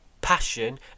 passion